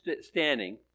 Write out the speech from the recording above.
standing